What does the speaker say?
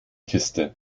kiste